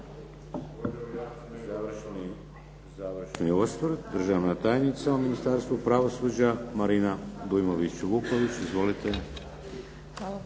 Završni osvrt državna tajnica u Ministarstvu pravosuđa Marina Dujmović-Vuković. Izvolite.